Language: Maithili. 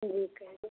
जी कहियौ